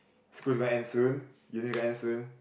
school's gonna end soon uni gonna end soon